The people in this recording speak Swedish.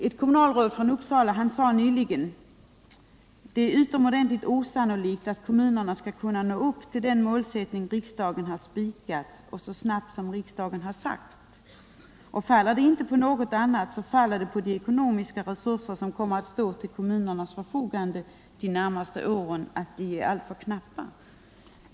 Ett kommunalråd från Uppsala sade nyligen: Det är utomordentligt osannolikt att kommunerna skall kunna nå upp till den målsättning som riksdagen har spikat och så snabbt som riksdagen har sagt. Faller det inte : på något annat så faller det på att de ekonomiska resurser som kommer att stå till kommunernas förfogande de närmaste åren kommer att bli alltför knappa.